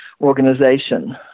organization